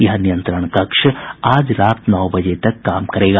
यह नियंत्रण कक्ष आज रात नौ बजे तक काम करेगा